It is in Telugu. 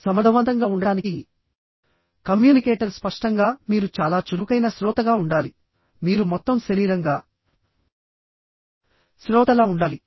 సమర్థవంతంగా ఉండటానికి కమ్యూనికేటర్ స్పష్టంగా మీరు చాలా చురుకైన శ్రోతగా ఉండాలి మీరు మొత్తం శరీరంగా శ్రోతలా ఉండాలి